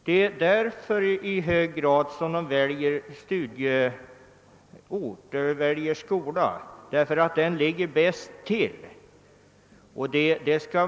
Detta är ofta anledningen till valet av skola.